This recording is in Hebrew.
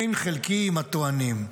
אין חלקי עם הטוענים.